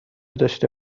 داشته